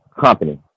company